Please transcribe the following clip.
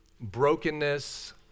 brokenness